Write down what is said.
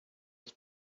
was